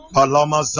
Palama